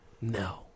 No